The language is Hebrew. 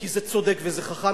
כי זה צודק וזה חכם,